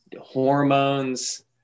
hormones